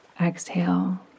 Exhale